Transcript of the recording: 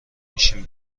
میشیم